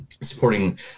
supporting